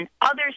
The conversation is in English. Others